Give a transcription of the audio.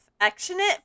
affectionate